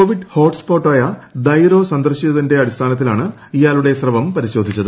Covid hot spot ആയ ദൈറോ സന്ദർശിച്ചതിന്റെ അടിസ്ഥാനത്തിലാണ് ഇയാളുടെ സ്രവം പരിശോധിച്ചത്